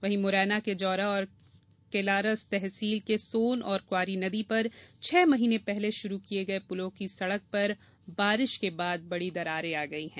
वहीं मुरैना के जौरा और केलारस तहसील के सोन और क्वारी नदी पर छह महीने पहले शुरू किये गये पुलों की सड़क पर बारिश के बाद बड़ी दरारे आ गई है